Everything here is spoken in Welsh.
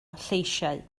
lleisiau